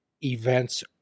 events